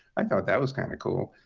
i thought that was kind of cool.